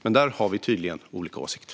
Men där har vi tydligen olika åsikter.